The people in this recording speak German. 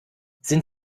sind